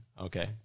Okay